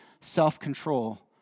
self-control